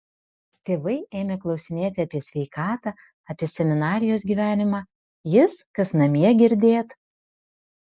tėvai ėmė klausinėti apie sveikatą apie seminarijos gyvenimą jis kas namie girdėt